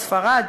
ספרד,